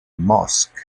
mosque